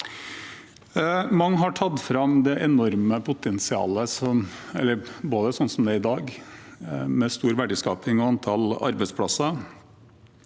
Mange har trukket fram det enorme potensialet sånn det foreligger i dag, med stor verdiskaping og antall arbeidsplasser.